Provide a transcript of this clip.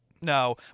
No